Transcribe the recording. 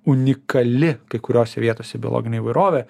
unikali kai kuriose vietose biologinė įvairovė